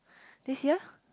this year